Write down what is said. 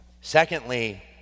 Secondly